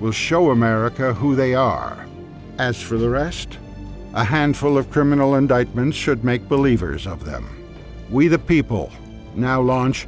will show america who they are as for the rest a handful of criminal indictments should make believers of them we the people now launch